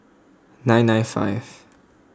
nine nine five